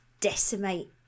decimate